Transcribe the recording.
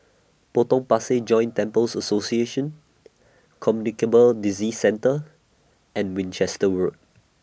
Potong Pasir Joint Temples Association Communicable Disease Centre and Winchester Road